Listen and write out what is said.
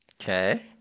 Okay